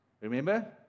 Remember